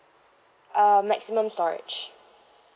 uh maximum storage